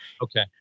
okay